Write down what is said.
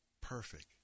perfect